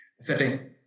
setting